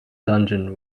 dungeon